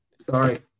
Sorry